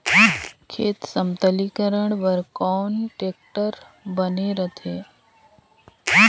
खेत समतलीकरण बर कौन टेक्टर बने रथे?